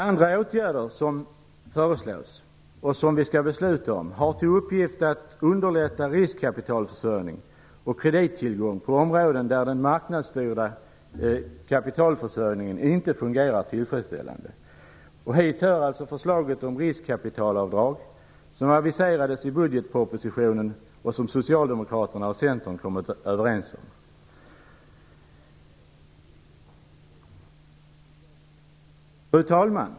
Andra åtgärder som föreslås och som vi skall fatta beslut om har till uppgift att underlätta riskkapitalförsörjning och kredittillgång på områden där den marknadsstyrda kapitalförsörjningen inte fungerar tillfredsställande. Hit hör förslaget om riskkapitalavdrag, som aviserades i budgetpropositionen och som Socialdemokraterna och Centern kommit överens om. Fru talman!